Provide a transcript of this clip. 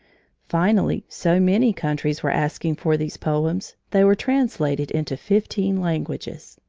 finally so many countries were asking for these poems they were translated into fifteen languages.